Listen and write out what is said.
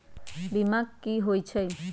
बीमा कि होई छई?